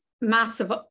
massive